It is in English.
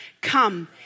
Come